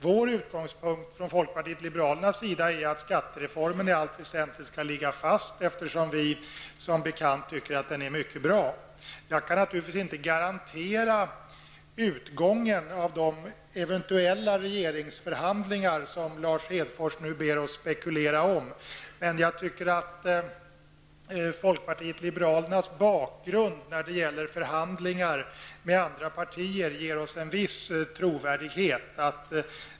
Vår utgångspunkt från folkpartiet liberalernas sida är att skattereformen i allt väsentligt skall ligga fast, eftersom vi som bekant tycker att den är mycket bra. Jag kan naturligtvis inte garantera utgången av de eventuella regeringsförhandlingar som Lars Hedfors ber oss att spekulera över. Folkpartiet liberalernas bakgrund när det gäller förhandlingar med andra partier ger en viss trovärdighet.